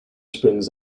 springs